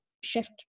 shift